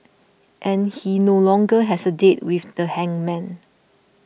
and he no longer has a date with the hangman